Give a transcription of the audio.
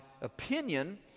opinion